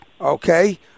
okay